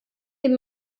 dem